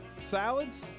salads